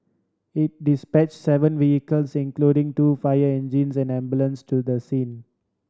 it dispatch seven vehicles including two fire engines and an ambulance to the scene